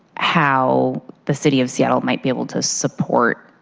how the city of seattle might be able to support